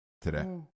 today